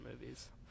movies